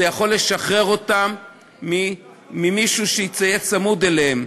זה יכול לשחרר אותם ממישהו שיהיה צמוד אליהם.